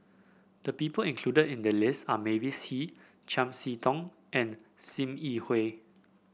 the people included in the list are Mavis Hee Chiam See Tong and Sim Yi Hui